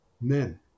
men